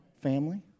family